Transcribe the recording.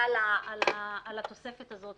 ותודה על התוספת הזאת,